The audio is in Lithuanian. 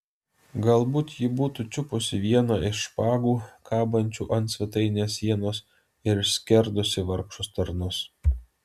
galbūt ji būtų čiupusi vieną iš špagų kabančių ant svetainės sienos ir išskerdusi vargšus tarnus